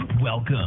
Welcome